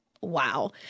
wow